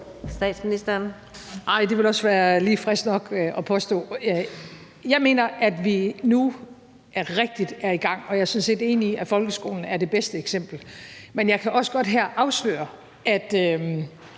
Frederiksen): Nej, det ville også være lige friskt nok at påstå. Jeg mener, at vi nu rigtigt er i gang, og jeg er sådan set enig i, at folkeskolen er det bedste eksempel. Men jeg kan også godt her afsløre, at